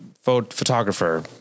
photographer